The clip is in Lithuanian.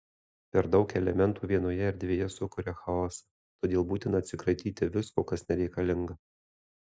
per daug elementų vienoje erdvėje sukuria chaosą todėl būtina atsikratyti visko kas nereikalinga